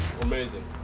Amazing